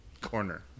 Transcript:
corner